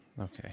Okay